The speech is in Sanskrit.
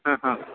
हा हा